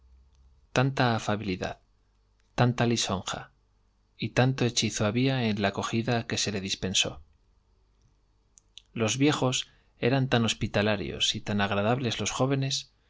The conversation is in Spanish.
tanta afabilidad tanta lisonja y tanto hechizo había en la acogida que se le dispensó los viejos eran tan hospitalarios y tan agradables los jóvenes